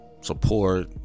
support